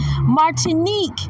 Martinique